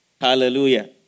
Hallelujah